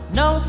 no